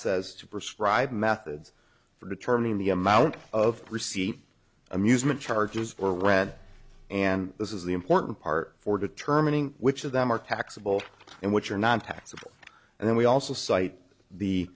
says to prescribe methods for determining the amount of receipt amusement charges were read and this is the important part for determining which of them are taxable and what you're not taxable and then we also cite the